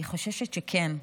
אני חוששת שכן.